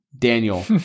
Daniel